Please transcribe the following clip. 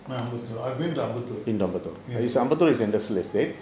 near ambattur I've been to ambattur